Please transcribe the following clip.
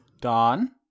Don